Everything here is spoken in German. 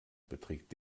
beträgt